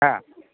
হ্যাঁ